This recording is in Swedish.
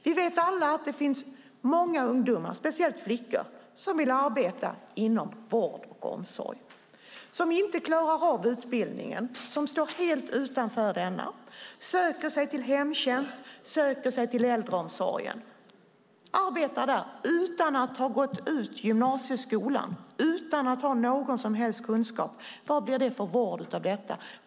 Vi vet alla att det finns många ungdomar, speciellt flickor, som vill arbeta inom vård och omsorg och som inte klarar av utbildningen, som står helt utanför denna. De söker sig till hemtjänst och till äldreomsorg och arbetar där utan att ha gått ut gymnasieskolan och utan att ha någon som helst kunskap. Vad blir det för vård av detta?